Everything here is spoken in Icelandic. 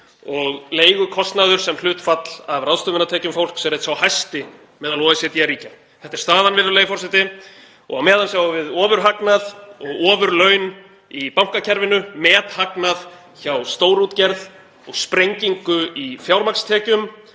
og leigukostnaður sem hlutfall af ráðstöfunartekjum fólks er einn sá hæsti meðal OECD-ríkja. Þetta er staðan, virðulegi forseti, og á meðan sjáum við ofurhagnað og ofurlaun í bankakerfinu, methagnað hjá stórútgerð og sprengingu í fjármagnstekjum